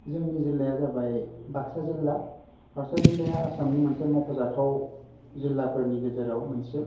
जोंनि जिल्लाया जाबाय बाक्सा जिल्ला बाक्सा जिल्लाया आसामनि मोनसे मख'जाथाव जिल्लाफोरनि गेजेराव मोनसे